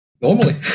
Normally